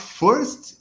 first